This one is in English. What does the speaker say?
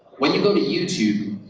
when you go to youtube,